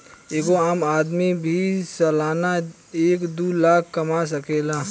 एगो आम आदमी भी सालाना एक दू लाख कमा सकेला